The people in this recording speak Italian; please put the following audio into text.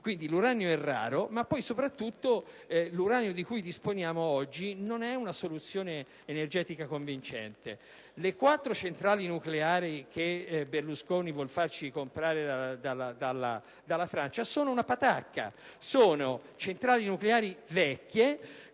Quindi, l'uranio è raro. Inoltre, l'uranio di cui disponiamo oggi non rappresenta una soluzione energetica convincente. Le quattro centrali nucleari che Berlusconi vuol farci comprare dalla Francia sono una patacca; sono centrali nucleari vecchie,